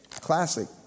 classic